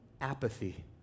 apathy